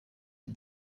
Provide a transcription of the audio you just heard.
die